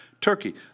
Turkey